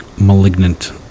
malignant